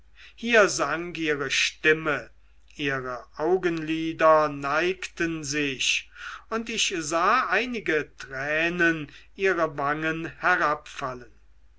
hier sank ihre stimme ihre augenlider neigten sich und ich sah einige tränen ihre wangen